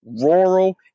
rural